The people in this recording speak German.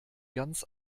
ganz